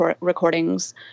recordings